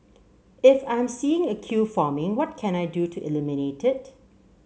if I'm seeing a queue forming what can I do to eliminate it